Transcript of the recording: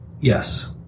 Yes